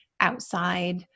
outside